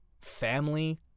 family